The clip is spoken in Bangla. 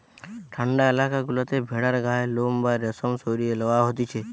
ঠান্ডা এলাকা গুলাতে ভেড়ার গায়ের লোম বা রেশম সরিয়ে লওয়া হতিছে